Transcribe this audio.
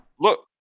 Look